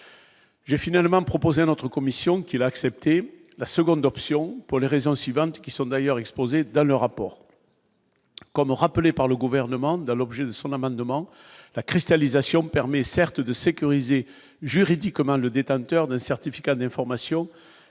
j'ai finalement proposer notre commission qu'il a accepté la seconde option pour les raisons suivantes, qui sont d'ailleurs exposées dans le rapport comme rappelé par le gouvernement dans l'objet de son amendement la cristallisation permet certes de sécuriser juridiquement le détenteur d'un certificat d'information